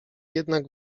jednak